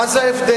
מה זה הבדל?